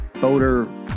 boater